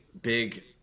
big